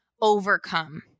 overcome